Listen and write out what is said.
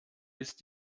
ist